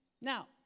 Now